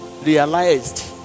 realized